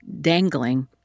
dangling